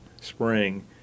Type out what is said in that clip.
spring